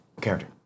character